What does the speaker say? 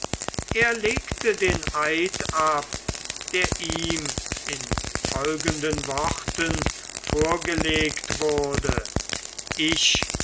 und legte den eid ab der ihm in folgenden worten vorgelesen wurde ich